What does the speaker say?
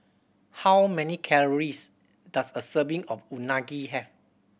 how many calories does a serving of Unagi have